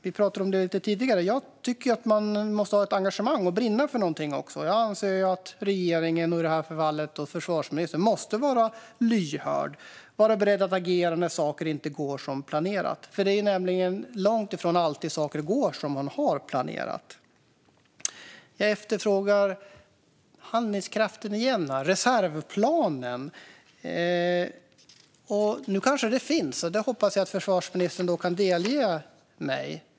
Vi pratade om det lite tidigare. Jag tycker att man måste ha ett engagemang och brinna för något också. Jag anser att regeringen och i det här fallet försvarsministern måste vara lyhörda och vara beredda att agera när saker inte går som planerat. Det är nämligen långt ifrån alltid saker går som man har planerat. Jag efterfrågar handlingskraft igen. Finns det någon reservplan? Det hoppas jag att försvarsministern i så fall kan delge mig.